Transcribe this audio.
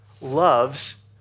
loves